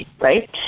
right